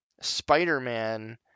Spider-Man